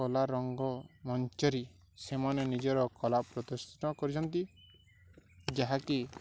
କଳା ରଙ୍ଗ ମଞ୍ଚରେ ସେମାନେ ନିଜର କଳା ପ୍ରଦର୍ଶନ କରିଛନ୍ତି ଯାହାକି